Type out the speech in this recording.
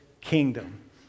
kingdom